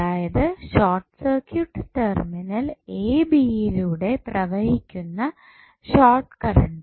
അതായത് short circuit terminal A B യിലൂടെ പ്രവഹിക്കുന്ന ഷോർട്ട് കറണ്ട്